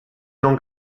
non